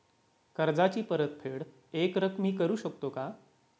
कर्जाची परतफेड एकरकमी करू शकतो का?